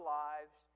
lives